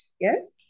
yes